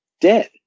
dead